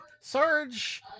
Sarge